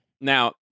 Now